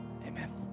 amen